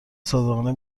صادقانه